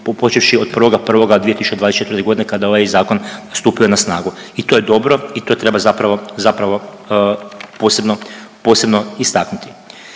počevši od 1.1.2024. godine kada je ovaj zakon stupio na snagu. I to je dobro i to treba zapravo posebno istaknuti.